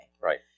right